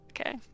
Okay